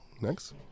next